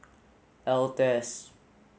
Altez